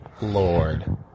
Lord